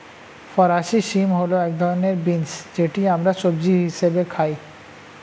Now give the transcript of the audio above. ফরাসি শিম হল এক ধরনের বিন্স যেটি আমরা সবজি হিসেবে খাই